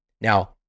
Now